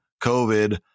COVID